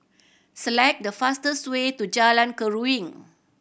select the fastest way to Jalan Keruing